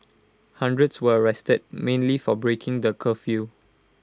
hundreds were arrested mainly for breaking the curfew